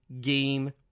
game